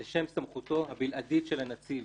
לשם סמכותו הבלעדית של הנציב.